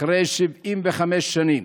אחרי 75 שנים,